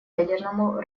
ядерному